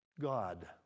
God